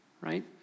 right